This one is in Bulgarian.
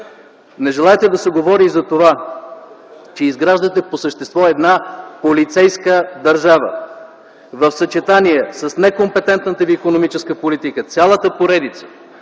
Не желаете да се говори за това, че изграждате по същество една полицейска държава в съчетание с некомпетентната ви икономическа политика. Цялата поредица